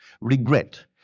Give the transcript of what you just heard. regret